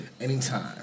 Anytime